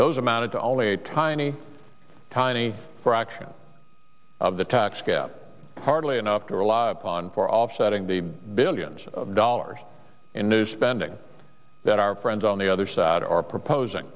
those amounted to only a tiny tiny fraction of the tax gap hardly enough to rely on for offsetting the billions of dollars in new spending that our friends on the other side are proposing